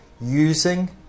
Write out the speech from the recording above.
using